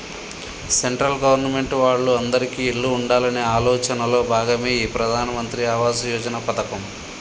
central government వాళ్ళు అందిరికీ ఇల్లు ఉండాలనే ఆలోచనలో భాగమే ఈ ప్రధాన్ మంత్రి ఆవాస్ యోజన పథకం